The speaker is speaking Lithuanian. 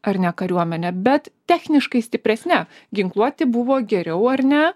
ar ne kariuomene bet techniškai stipresne ginkluoti buvo geriau ar ne